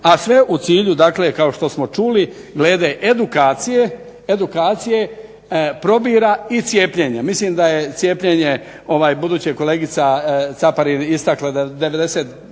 a sve u cilju dakle kao što smo čuli glede edukacije probira i cijepljenja. Mislim da je cijepljenje, budući je kolegica Caparin istakla da